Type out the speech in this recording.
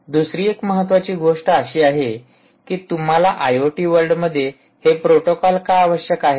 दुसरी एक महत्त्वाची गोष्ट अशी आहे की तुम्हाला आयओटी वर्ल्डमध्ये हे प्रोटोकॉल का आवश्यक आहेत